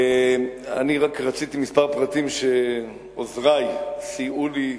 כמה פרטים שעוזרי סייעו לי,